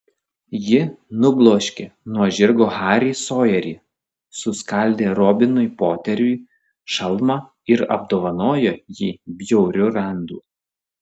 ji nubloškė nuo žirgo harį sojerį suskaldė robinui poteriui šalmą ir apdovanojo jį bjauriu randu